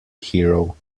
hero